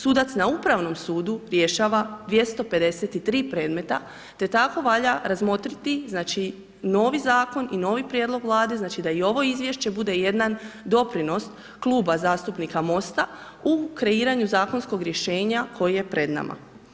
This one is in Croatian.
Sudac na Upravnom sudu rješava 253 predmeta te tako valja razmotriti, znači, novi zakon i novi prijedlog Vlade, znači da i ovo izvješće bude jedan doprinos kluba zastupnika MOST-a u kreiranju zakonskog rješenja koje je pred nama.